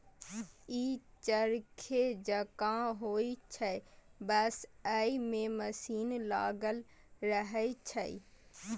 ई चरखे जकां होइ छै, बस अय मे मशीन लागल रहै छै